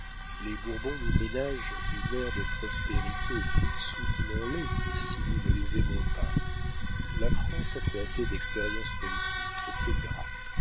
les bourbons nous ménagent une ère de prospérité soutenons les si nous ne les aimons pas la france a fait assez d'expériences politiques etc